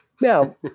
now